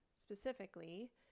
specifically